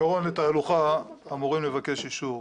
בעיקרון לתהלוכה אמורים לבקש אישור.